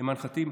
אימן ח'טיב,